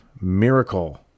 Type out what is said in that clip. Miracle